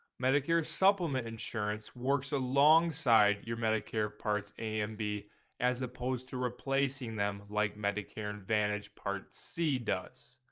medicare supplement insurance works alongside your medicare parts a and b as opposed to replacing them like medicare advantage part c does.